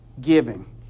giving